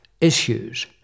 issues